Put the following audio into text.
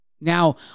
Now